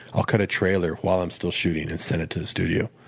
i'll cut a trailer while i'm still shooting and send it to a studio.